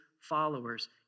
followers